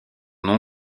nom